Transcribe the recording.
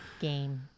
Game